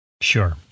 Sure